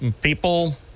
people